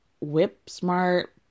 whip-smart